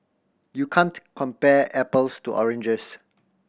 you can't compare apples to oranges